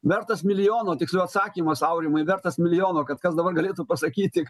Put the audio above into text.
vertas milijono tiksliau atsakymas aurimai vertas milijono kad kas dabar galėtų pasakyti